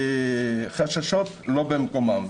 אלה חששות לא במקומן.